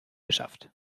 geschafft